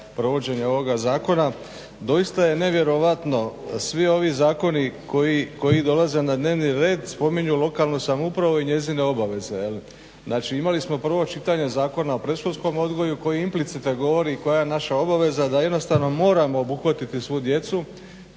provođenje ovoga zakona. Doista je nevjerojatno svi ovi zakoni koji dolaze na dnevni red spominju lokalnu samoupravu i njezine obaveze. Znači imali smo prvo čitanje Zakona o predškolskom odgoji koji implicite govori koja je naša obaveza da jednostavno moramo obuhvatiti svu djecu